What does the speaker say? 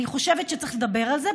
אני חושבת שצריך לדבר על זה,